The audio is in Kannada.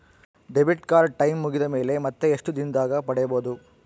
ಡೆಬಿಟ್ ಕಾರ್ಡ್ ಟೈಂ ಮುಗಿದ ಮೇಲೆ ಮತ್ತೆ ಎಷ್ಟು ದಿನದಾಗ ಪಡೇಬೋದು?